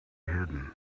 hidden